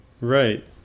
right